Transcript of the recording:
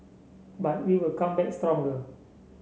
but we will come back stronger